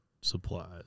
supplies